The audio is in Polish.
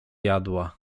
jadła